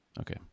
Okay